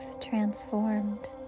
transformed